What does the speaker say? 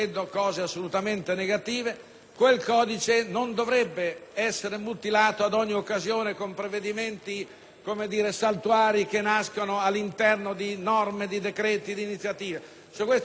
quel codice non dovrebbe essere mutilato ad ogni occasione con provvedimenti saltuari che nascono all'interno di norme, decreti ed iniziative. Su questo siamo d'accordo, perché quel codice,